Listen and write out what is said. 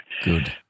Good